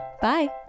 Bye